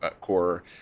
core